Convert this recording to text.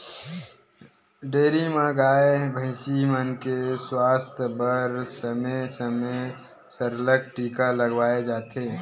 dairy म गाय, भइसी मन के सुवास्थ बर समे समे म सरलग टीका लगवाए जाथे